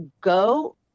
go